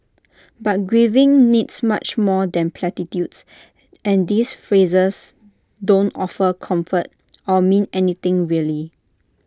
but grieving needs much more than platitudes and these phrases don't offer comfort or mean anything really